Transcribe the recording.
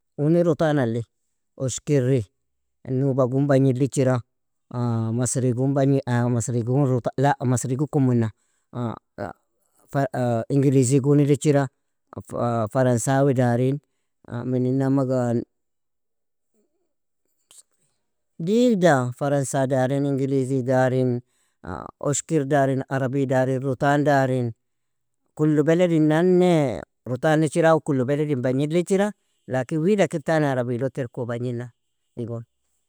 Uni rutanali, oshkirri, nubagun bagnidl ichira, masrigun bagne masrigun ruta la masrigu kumuna, ingilizigunil ichira, فرنساوي darin, minina umega digda, فرنسا darin, انقليزي darin, oshkir darin, عربي dari, rutan darin, kullu baladinane rutan ichira aw kullu baladin bagnidl ichira, lakin wida kir tani arabilo terku bagnina igon.